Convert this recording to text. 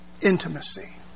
intimacy